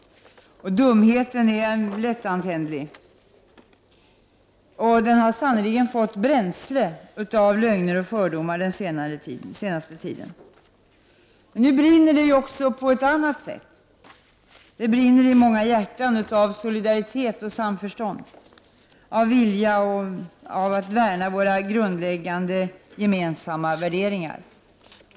Dumheten är lättantändlig, och den har sannerligen fått bränsle av lögner och fördomar den senaste tiden. Men det brinner också på ett annat sätt. Det brinner i många hjärtan, av solidaritet, av samförstånd, av en vilja att värna våra grundläggande gemensamma värderingar.